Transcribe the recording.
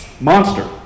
monster